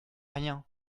rien